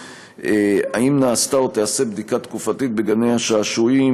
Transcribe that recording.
3. האם נעשתה או תיעשה בדיקה תקופתית בגני-השעשועים?